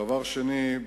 דבר שני,